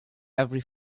every